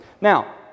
Now